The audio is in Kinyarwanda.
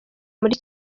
muri